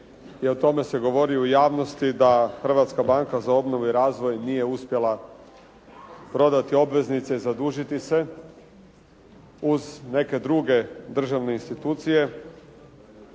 i o tome se govori u javnosti da Hrvatska banka za obnovu i razvoj nije uspjela prodati obveznice i zadužiti se uz neke druge državne institucije.